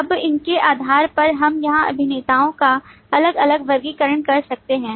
अब इनके आधार पर हम यहाँ अभिनेताओं का अलग अलग वर्गीकरण कर सकते हैं